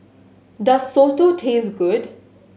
does soto taste good